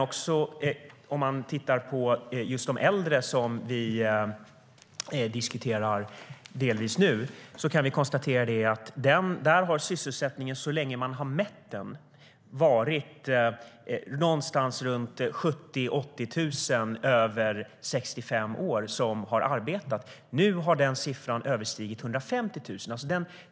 Om man tittar på de äldre, som vi delvis diskuterar nu, kan vi konstatera att sysselsättningen, så länge man har mätt den, har legat på någonstans runt 70 000-80 000 för personer över 65 år som har arbetat. Nu har den siffran överstigit 150 000.